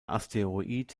asteroid